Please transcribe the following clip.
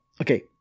Okay